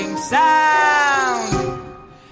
sound